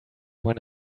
when